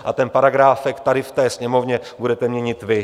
A ten paragráfek tady v té Sněmovně budete měnit vy.